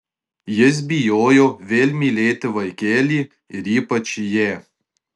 jis bijojo vėl mylėti vaikelį ir ypač ją